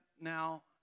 now